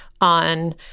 on